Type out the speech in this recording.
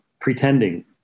pretending